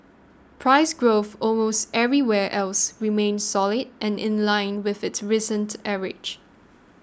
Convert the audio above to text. price growth almost everywhere else remained solid and in line with its recent average